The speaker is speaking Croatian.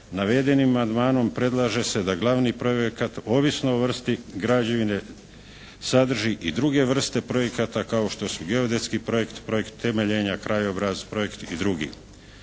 navedenim amandmanom predlaže se da glavni projekat ovisno o vrsti građevine sadrži i druge vrste projekata kao što su geodetski projekt, projekt temeljenja, krajobraz projekt i drugi.